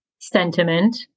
sentiment